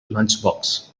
lunchbox